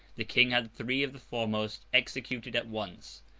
the king had three of the foremost executed at once.